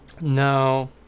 No